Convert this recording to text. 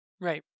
Right